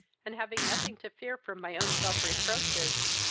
and having nothing to fear from my own self-reproaches,